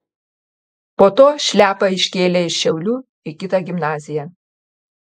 po to šliapą iškėlė iš šiaulių į kitą gimnaziją